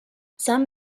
some